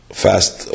fast